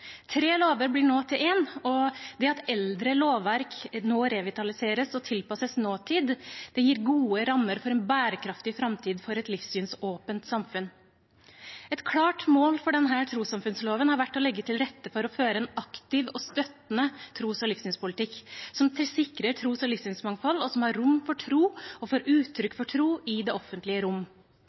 Tre lover blir nå til én, og det at eldre lovverk nå revitaliseres og tilpasses nåtiden, gir gode rammer for en bærekraftig framtid for et livssynsåpent samfunn. Et klart mål for denne trossamfunnsloven har vært å legge til rette for å føre en aktiv og støttende tros- og livssynspolitikk, som sikrer tros- og livssynsmangfold, og som har rom for tro og for uttrykk for tro i det offentlige rom.